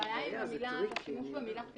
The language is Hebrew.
הבעיה היא המילה "פרסומת".